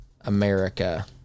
America